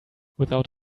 without